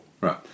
Right